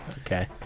Okay